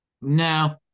No